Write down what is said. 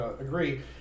agree